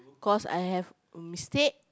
cause I have a mistake